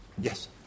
Yes